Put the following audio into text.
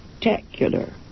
spectacular